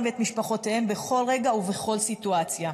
ואת משפחותיהם בכל רגע ובכל סיטואציה.